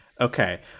okay